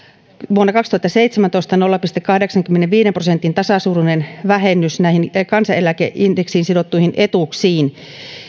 vuonna kaksituhattaseitsemäntoista tehtiin nolla pilkku kahdeksankymmenenviiden prosentin tasasuuruinen vähennys näihin kansaneläkeindeksiin sidottuihin etuuksiin